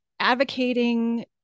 Advocating